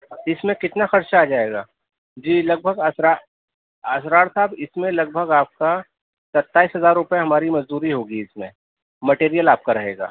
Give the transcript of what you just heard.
اس میں کتنا خرچہ آ جائے گا جی لگ بھگ اسرا اسرار صاحب اس میں لگ بھگ آپ کا ستائیس ہزار روپے ہماری مزدوری ہوگی اس میں مٹیریئل آپ کا رہے گا